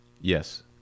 Yes